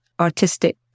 Artistic